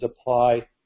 apply